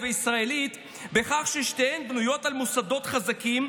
והישראלית בכך ששתיהן בנויות על מוסדות חזקים,